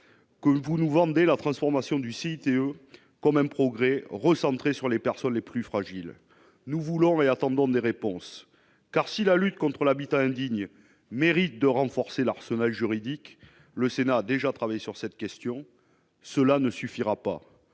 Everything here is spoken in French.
que vous nous vendez la transformation du site et eux comme un progrès recentrés sur les personnes les plus fragiles, nous voulons mais attendons des réponses car si la lutte contre l'habitat indigne mérite de renforcer l'arsenal juridique, le Sénat a déjà travaillé sur cette question, cela ne suffira pas,